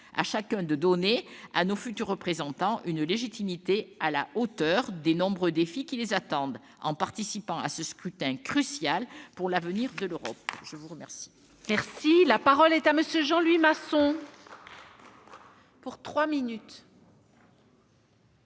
À chacun de donner à nos futurs représentants une légitimité à la hauteur des nombreux défis qui les attendent, en participant à ce scrutin crucial pour l'avenir de l'Europe ! Très bien